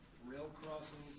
rail crossings,